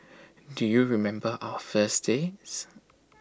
do you remember our first dates